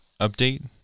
update